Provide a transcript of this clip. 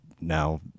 now